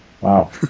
Wow